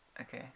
Okay